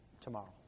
tomorrow